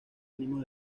ánimos